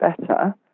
better